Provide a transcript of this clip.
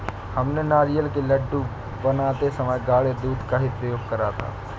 हमने नारियल के लड्डू बनाते समय गाढ़े दूध का ही प्रयोग करा था